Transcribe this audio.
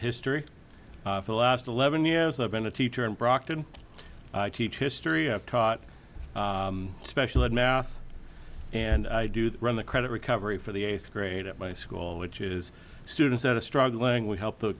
history for the last eleven years i've been a teacher in brockton i teach history i've taught special ed math and i do the run the credit recovery for the eighth grade at my school which is students that are struggling we help